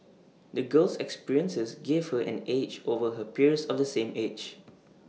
the girl's experiences gave her an edge over her peers of the same age